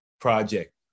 project